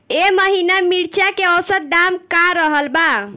एह महीना मिर्चा के औसत दाम का रहल बा?